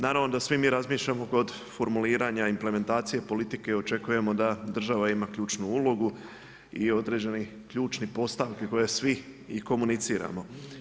Naravno da svi mi razmišljamo kod formuliranja, implementacije politike očekujemo da država ima ključnu ulogu i određeni ključni postavki koje svi i komuniciramo.